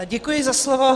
Děkuji za slovo.